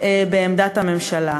בעמדת הממשלה,